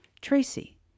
Tracy